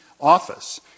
office